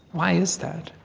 why is that?